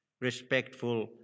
respectful